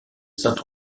saint